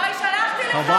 הרי שלחתי לך אותו עוד